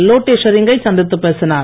லோட்டே ஷெரீங் கை சந்தித்து பேசினார்